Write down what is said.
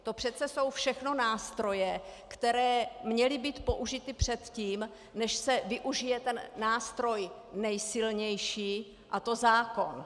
To přece jsou všechno nástroje, které měly být použity předtím, než se využije nástroj nejsilnější, a to zákon.